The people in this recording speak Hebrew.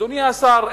אדוני השר,